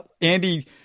Andy